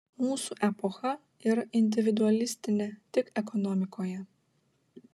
mūsų epocha yra individualistinė tik ekonomikoje